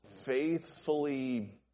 faithfully